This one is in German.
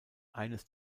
eines